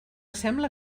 sembla